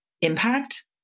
impact